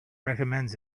recommends